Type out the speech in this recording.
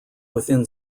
within